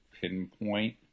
pinpoint